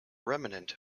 remnant